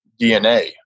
DNA